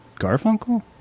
Garfunkel